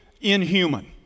inhuman